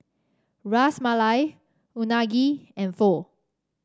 Ras Malai Unagi and Pho